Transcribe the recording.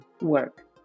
work